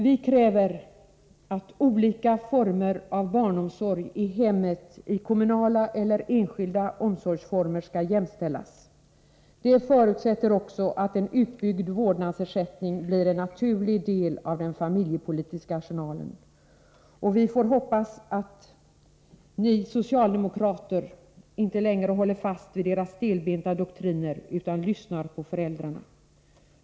Vi kräver att olika former av barnomsorg, i hemmet, kommunala eller enskilda omsorgsformer, skall jämställas. Det förutsätter också att en utbyggd vårdnadsersättning blir en naturlig del av den familjepolitiska arsenalen. Vi får hoppas att ni socialdemokrater inte längre håller fast vid era stelbenta doktriner utan lyssnar på föräldrarna.